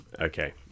Okay